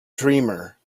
dreamer